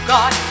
God